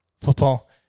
Football